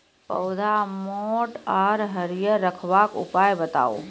पौधा मोट आर हरियर रखबाक उपाय बताऊ?